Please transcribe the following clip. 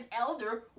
elder